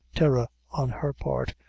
terror, on her part,